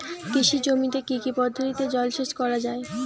কৃষি জমিতে কি কি পদ্ধতিতে জলসেচ করা য়ায়?